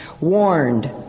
warned